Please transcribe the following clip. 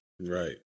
Right